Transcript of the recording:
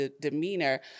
demeanor